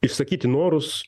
išsakyti norus